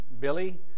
Billy